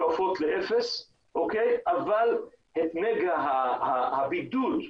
אבל את נגע הבידוד,